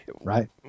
Right